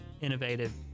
innovative